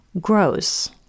grows